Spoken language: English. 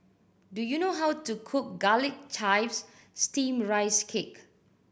do you know how to cook Garlic Chives Steamed Rice Cake